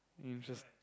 mm just